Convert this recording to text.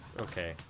Okay